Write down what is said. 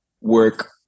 work